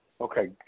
Okay